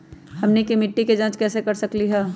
हमनी के मिट्टी के जाँच कैसे कर सकीले है?